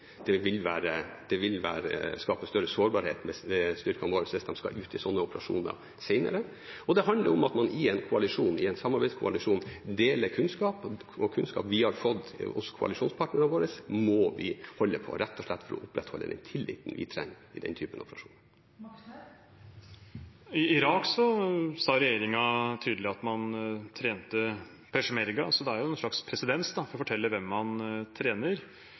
Det vil skape større sårbarhet for styrkene våre hvis de skal ut i slike operasjoner senere. Og det handler om at man i en samarbeidskoalisjon deler kunnskap, og kunnskap vi har fått fra koalisjonspartnerne våre, må vi holde på, rett og slett for å opprettholde den tilliten vi trenger i den typen operasjoner. I Irak sa regjeringen tydelig at man trente peshmerga, så man har jo en slags presedens for å fortelle hvem man trener.